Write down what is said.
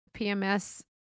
PMS